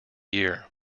year